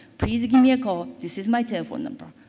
please give me a call, this is my telephone number.